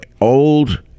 old